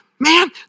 Man